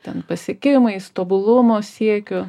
ten pasiekimais tobulumo siekiu